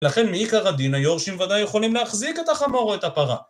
לכן מעיקר הדין היורשים ודאי יכולים להחזיק את החמור או את הפרה